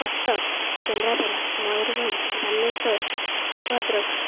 Cuttack Kendrapara Mayurbhanj Baleswar Bhadrak